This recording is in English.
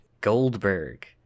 Goldberg